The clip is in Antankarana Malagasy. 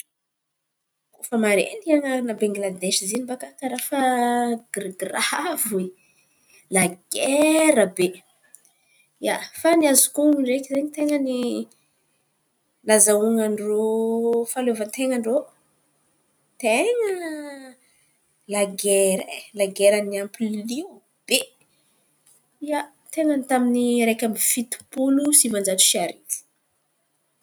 Koa fa mare ty an̈arana Bangladesy izen̈y baka karà fa gra- gravy oe, lagera be. Ia, fa ny azoko honon̈o ndraiky izen̈y ten̈a ny nazahoan-drô fahaliovanten̈an-drô ten̈a lagera ai, lagera niampy lio be. Ia, ten̈a tamin’ny araiky amby fitom-polo sivan-jato sy arivo.